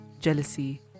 jealousy